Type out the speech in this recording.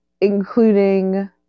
including